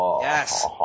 Yes